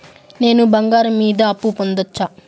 నేను బంగారం మీద అప్పు పొందొచ్చా?